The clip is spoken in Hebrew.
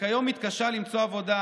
וכיום מתקשה למצוא עבודה,